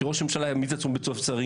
שראש הממשלה יעמיד ועדה של צוות שרים,